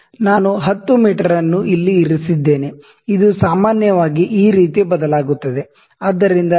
ನಾನು 10 ಮೀಟರ್ ಅನ್ನು ಇಲ್ಲಿ ಇರಿಸಿದ್ದೇನೆ ಇದು ಸಾಮಾನ್ಯವಾಗಿ ಈ ರೀತಿ ಬದಲಾಗುತ್ತದೆ ಆದ್ದರಿಂದ 0